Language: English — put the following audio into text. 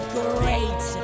great